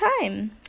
time